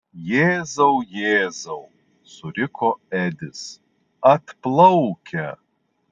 jėzau jėzau suriko edis atplaukia